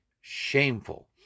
shameful